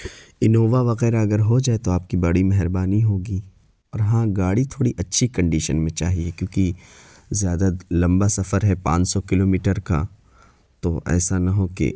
Innova وغیرہ اگر ہو جائے تو آپ کی بڑی مہربانی ہوگی اور ہاں گاڑی تھوڑی اچھی کنڈیشن میں چاہیے کیونکہ زیادہ لمبا سفر ہے پانچ سو کلو میٹر کا تو ایسا نہ ہو کہ